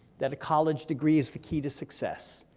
that a college degree is the key to success,